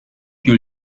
più